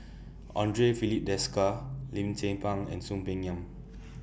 Andre Filipe Desker Lim Tze Peng and Soon Peng Yam